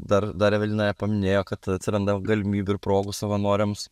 dar dar evelina nepaminėjo kad atsiranda galimybių ir progų savanoriams